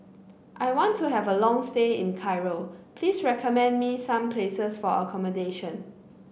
I want to have a long stay in Cairo please recommend me some places for accommodation